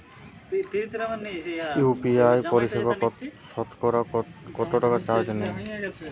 UPI পরিসেবায় সতকরা কতটাকা চার্জ নেয়?